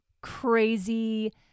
crazy